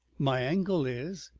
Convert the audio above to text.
my ankle is!